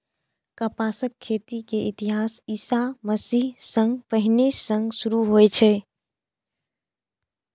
कपासक खेती के इतिहास ईशा मसीह सं पहिने सं शुरू होइ छै